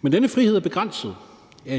men denne frihed er betinget af,